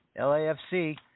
LAFC